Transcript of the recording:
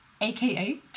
AKA